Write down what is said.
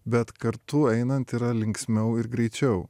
bet kartu einant yra linksmiau ir greičiau